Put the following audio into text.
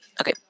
Okay